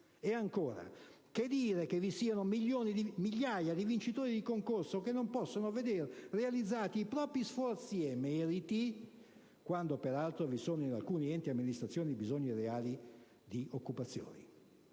E ancora: che dire del fatto che vi sono migliaia di vincitori di concorso che non possono veder realizzati i propri sforzi e meriti, quando, peraltro, vi sono in alcuni enti e amministrazioni fabbisogni reali di nuova occupazione?